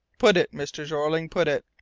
put it, mr. jeorling, put it.